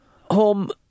home